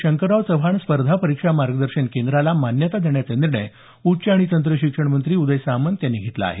शंकरराव चव्हाण स्पर्धा परीक्षा मार्गदर्शन केंद्रास मान्यता देण्याचा निर्णय उच्च आणि तंत्र शिक्षण मंत्री उदय सामंत यांनी घेतला आहे